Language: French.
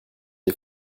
ait